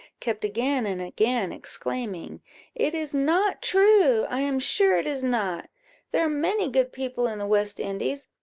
kept again and again exclaiming it is not true i am sure it is not there are many good people in the west indies,